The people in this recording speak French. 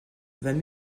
vingt